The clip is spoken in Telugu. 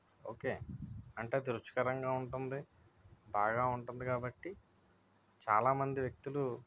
ఓకే అంటే అది రుచికరంగా ఉంటుంది బాగా ఉంటుంది కాబట్టి చాలామంది వ్యక్తులు